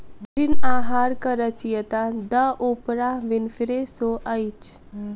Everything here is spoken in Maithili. ऋण आहारक रचयिता द ओपराह विनफ्रे शो अछि